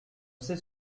sait